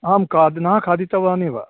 अहं खा न खादितवान् एव